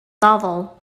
novel